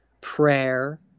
prayer